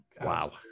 Wow